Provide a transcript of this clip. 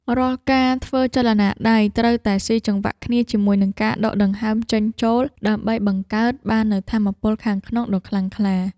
រាល់ការធ្វើចលនាដៃ ត្រូវតែស៊ីចង្វាក់គ្នាជាមួយនឹងការដកដង្ហើមចេញចូល ដើម្បីបង្កើតបាននូវថាមពលខាងក្នុងដ៏ខ្លាំងក្លា។